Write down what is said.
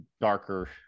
darker